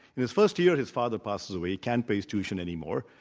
in his first year, his father passes away. he can't pay his tuition anymore,